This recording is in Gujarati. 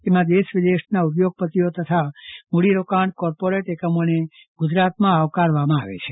તેમાં દેશ વિદેશના ઉદ્યોગપતિ તથા મૂડીરોકાણ કોર્પોર્ટિટ એક્મોને ગુજરાતમાં આવકારવામાં આવે છે